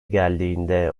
geldiğinde